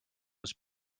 was